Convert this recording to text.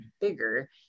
bigger